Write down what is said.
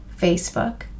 facebook